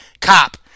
Cop